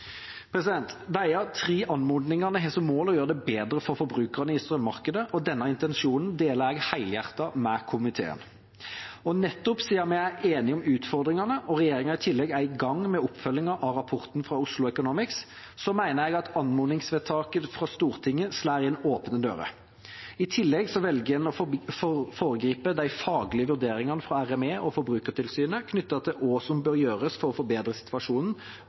tre anmodningene har som mål å gjøre det bedre for forbrukerne i strømmarkedet, og den intensjonen deler jeg helhjertet med komiteen. Og nettopp siden vi er enige om utfordringene, og regjeringa i tillegg er i gang med oppfølgingen av rapporten fra Oslo Economics, mener jeg at anmodningsvedtaket fra Stortinget slår inn åpne dører. I tillegg velger man å foregripe de faglige vurderingene fra Reguleringsmyndigheten for energi og Forbrukertilsynet knyttet til hva som bør gjøres for å forbedre situasjonen,